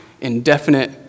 indefinite